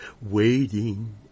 waiting